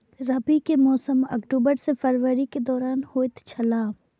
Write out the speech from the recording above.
रबी के मौसम अक्टूबर से फरवरी के दौरान होतय छला